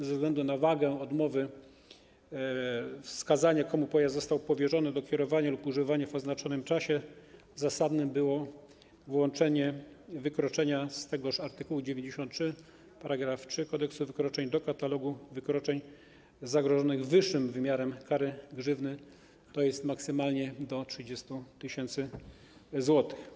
Ze względu na wagę odmowy wskazania, komu pojazd został powierzony do kierowania lub używania w oznaczonym czasie, zasadne było włączenie wykroczenia z tegoż art. 93 § 3 Kodeksu wykroczeń do katalogu wykroczeń zagrożonych wyższym wymiarem kary grzywny, tj. maksymalnie do 30 tys. zł.